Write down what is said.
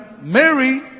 Mary